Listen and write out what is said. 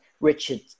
Richard